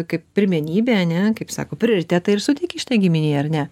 kaip pirmenybė ane kaip sako prioritetą ir suteikei šitai giminei ar ne